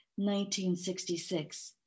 1966